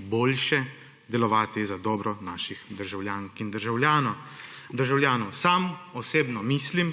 boljše delovati za dobro naših državljank in državljanov. Sam osebno menim,